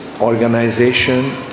organization